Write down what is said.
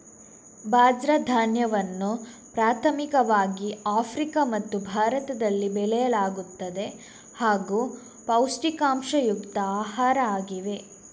ಬಾಜ್ರ ಧಾನ್ಯವನ್ನು ಪ್ರಾಥಮಿಕವಾಗಿ ಆಫ್ರಿಕಾ ಮತ್ತು ಭಾರತದಲ್ಲಿ ಬೆಳೆಯಲಾಗುತ್ತದೆ ಹಾಗೂ ಪೌಷ್ಟಿಕಾಂಶಯುಕ್ತ ಆಹಾರ ಆಗಿವೆ